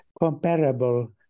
comparable